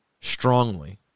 strongly